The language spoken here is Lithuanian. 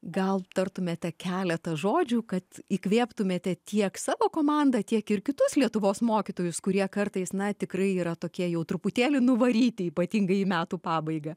gal tartumėte keletą žodžių kad įkvėptumėte tiek savo komandą tiek ir kitus lietuvos mokytojus kurie kartais na tikrai yra tokie jau truputėlį nuvaryti ypatingai į metų pabaigą